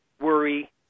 worry